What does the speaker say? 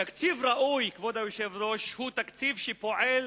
תקציב ראוי, כבוד היושב-ראש, הוא תקציב שפועל